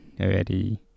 already